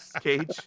cage